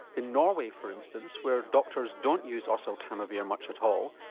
in norway for instance, where doctors don't use oseltamivir yeah much at all,